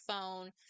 phone